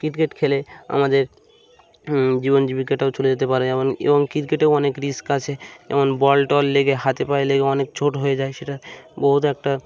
cricket খেলে আমাদের জীবন জীবিকাটাও চলে যেতে পারে মন এবং ক্রিকেটেও অনেক রিস্ক আছে যেমন বল টল লেগে হাতে পায়ে লেগে অনেক ছোট হয়ে যায় সেটা বহুত একটা